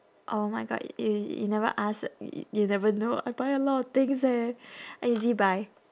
oh my god y~ you never ask y~ you never know I buy a lot of things eh ezbuy